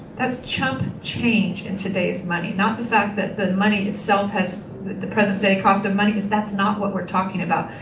that's chump change in today's money. not the fact that the money itself, the the present day cost of money, that's not what we're talking about.